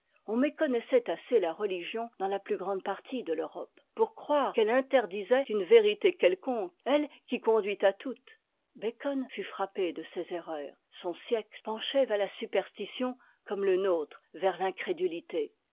on méconnaissait assez la religion dans la plus grande partie de l'europe pour croire qu'elle interdisait une vérité quelconque ellè qui conduit à toutes bacon fut frappé de ces erreurs son siècle penchait vers la superstition comme le nôtre vers l'incrédulité